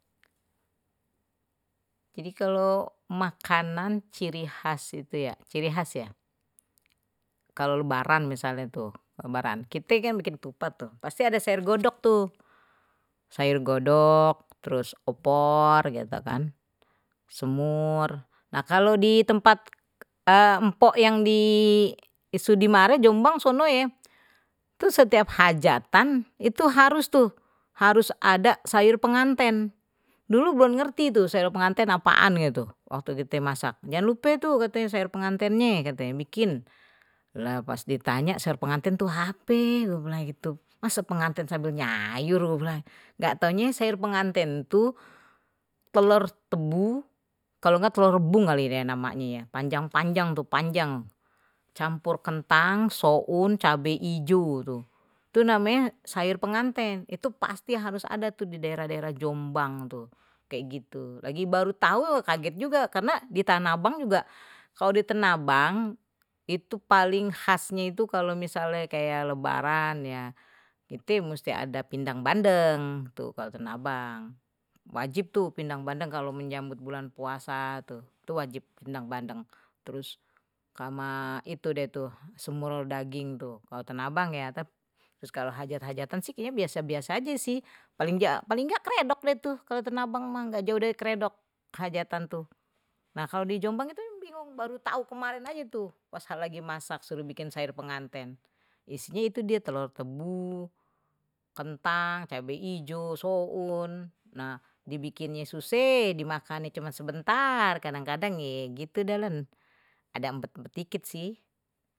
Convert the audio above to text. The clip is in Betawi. Jadi kalau makanan ciri khas itu ya ciri khas ya, kalau lebaran misalnya tuh lebaran, kite kan bikin ketupat tuh, pasti ada sayur godog tuh, opor gitu kan, semur, nah kalau di tempat empok yang di sudimara jombang sono ye, setiap hajatan itu harus tuh harus ada sayur penganten, dulu belum ngerti itu saya pengantin apaan gitu, waktu kite masak, jangan lupe tuh katanye sayur pengantinnye, katanya bikin, lha pas ditanya. sayur penganten tuh ape, masa penganten sambil nyayur gue bilang. ga taunye sayur penganten itu telor tebu, kalo ga telo r rebung tuh panjang-panjang tuh panjang campur kentang soun cabe ijo tuh, tuh namanya sayur pengantin, itu pasti harus ada tuh di daerah-daerah jombang tuh kayak gitu lagi baru tahu kaget juga karena di tanah abang juga kalau di tanah abang itu paling khasnya itu kalau misalnye kayak lebaran ya itu mesti ada pindang bandeng tuh, kalau tanag abang wajib tuh pindang bandang kalau menyambut bulan puasa tuh itu wajib pindang bandeng, terus sama itu deh tuh semur daging tuh kalau tanah abang ya tapi, kalo hajat hajatan tuh kayaknye biasa biasa aje sih, paling engga kredok deh tuh, kalo tanah abang ga jauh dari kredok, nah kalau di jombang itu bingung baru tahu kemarin aje tuh pas lagi masak suruh bikin sayur pengantin ijo soun nah dibikinnye suseh dimakannya cuma sebentar kadang kadang ya gitu ada empet-empet dikit sih.